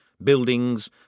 buildings